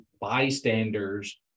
bystanders